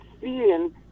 seeing